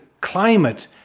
climate